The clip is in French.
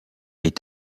est